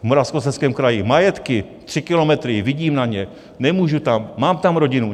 V Moravskoslezském kraji majetky, tři kilometry, vidím na ně, nemůžu tam, mám tam rodinu.